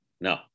No